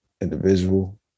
individual